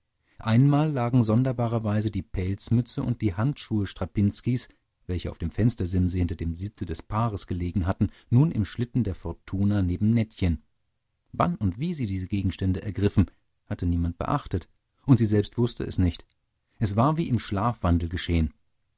einmal lagen sonderbarerweise die pelzmütze und die handschuhe strapinskis welche auf dem fenstersimse hinter dem sitze des paares gelegen hatten nun im schlitten der fortuna neben nettchen wann und wie sie diese gegenstände ergriffen hatte niemand beachtet und sie selbst wußte es nicht es war wie im schlafwandel geschehen